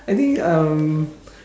I think um